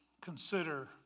consider